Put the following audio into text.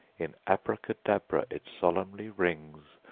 in abracadabra it solemnly rings,